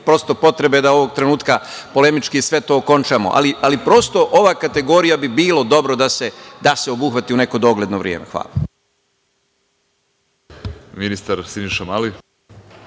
prosto neke potrebe da ovog trenutka polemički sve to okončamo, ali prosto ova kategorija bi bilo dobro da se obuhvati u neko dogledno vreme.